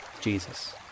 Jesus